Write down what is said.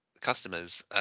customers